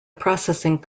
processing